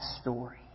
story